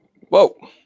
Whoa